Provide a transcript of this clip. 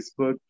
facebook